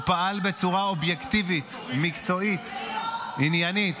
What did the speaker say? הוא פעל בצורה אובייקטיבית, מקצועית, עניינית.